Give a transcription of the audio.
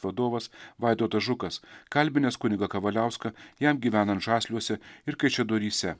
vadovas vaidotas žukas kalbinęs kunigą kavaliauską jam gyvenant žasliuose ir kaišiadoryse